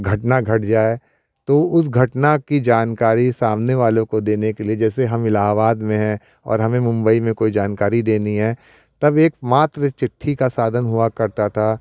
घटना घट जाए तो उस घटना कि जानकारी सामने वालों को देने के लिए जैसे हम इलाहाबाद में हैं और हमें मुम्बई में कोई जानकारी देनी है तब एक मात्र चिट्ठी का साधन हुआ करता था